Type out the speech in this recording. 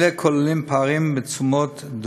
אלה כוללים פערים בתשומות,